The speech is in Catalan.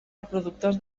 reproductors